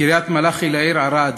מקריית-מלאכי לערד